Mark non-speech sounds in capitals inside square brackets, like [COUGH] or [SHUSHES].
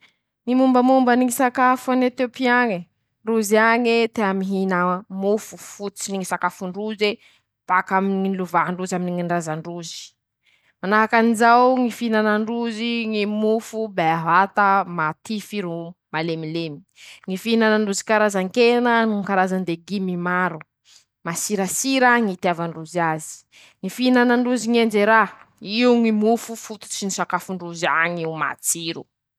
Ñy mombamomba ny ñy sakafo an'Etiopy añe: Rozy añy tea mihina mofo fotsotsy ny ñy sakafo ndroze, bak'aminy ñ nilovandroze aminy ñy ndraza ndroze, manahakanjao ñy fihinanandrozy ñy mofo bevata matify ro malemilemy, [SHUSHES] ñy finanandrozy ñy karazankena no ñy karazandegimy maro, masirasira ñy itiavandrozy azy, ñy fihinanandrozy ñy enjerà, io ñy mofo fototsy ny ñy sakafo ndrozy añ'io, matsiro.